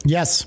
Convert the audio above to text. Yes